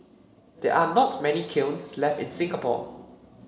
there are not many kilns left in Singapore